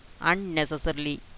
unnecessarily